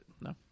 No